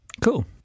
Cool